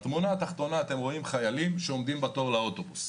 בתמונה התחתונה אפשר לראות חיילים שעומדים בתור לאוטובוס,